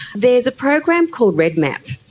there's a program called redmap,